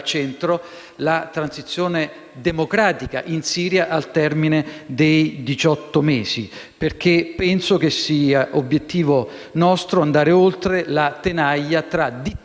centro la transizione democratica in Siria al termine dei diciotto mesi. Penso, infatti, sia obiettivo nostro andare oltre la tenaglia tra dittatura